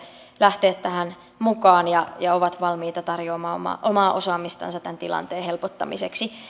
lähteä tähän mukaan ja ja ovat valmiita tarjoamaan omaa omaa osaamistansa tämän tilanteen helpottamiseksi